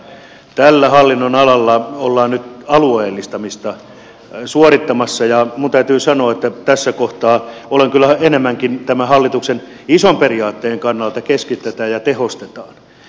mutta tällä hallinnonalalla ollaan nyt alueellistamista suorittamassa ja minun täytyy sanoa että tässä kohtaa olen kyllä enemmänkin tämän hallituksen ison periaatteen kannalla sillä että keskitetään ja tehostetaan